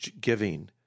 giving